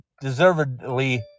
deservedly